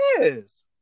Yes